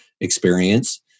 experience